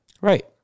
right